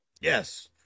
Yes